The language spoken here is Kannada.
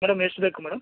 ಮೇಡಮ್ ಎಷ್ಟು ಬೇಕು ಮೇಡಮ್